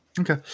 Okay